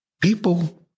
People